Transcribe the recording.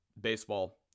baseball